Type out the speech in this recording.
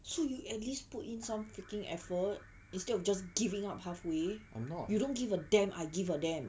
I'm not